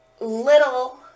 little